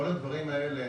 כל הדברים האלה,